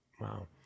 Wow